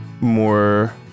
more